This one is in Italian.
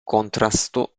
contrasto